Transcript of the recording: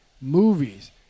movies